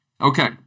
Okay